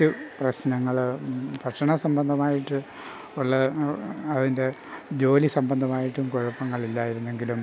മറ്റു പ്രശ്നങ്ങൾ ഭക്ഷണസംബന്ധമായിട്ട് ഉള്ള അതിൻ്റെ ജോലി സംബന്ധമായിട്ടും കുഴപ്പങ്ങൾ ഇല്ലായിരുന്നെങ്കിലും